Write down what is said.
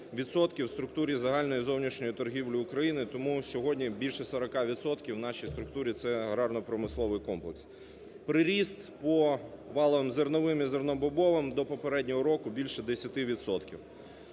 у структурі загальної зовнішньої торгівлі України. Тому сьогодні більше 40 відсотків у структурі – це аграрно-промисловий комплекс. Приріст по валовим зерновим і зернобобовим до попереднього року – більше 10